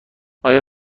آیا